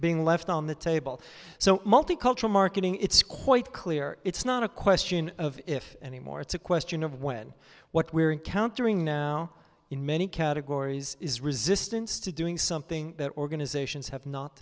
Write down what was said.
being left on the table so multicultural marketing it's quite clear it's not a question of if anymore it's a question of when what we're encountering now in many categories is resistance to doing something that organizations have not